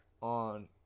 on